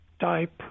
type